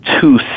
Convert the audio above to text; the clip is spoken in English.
two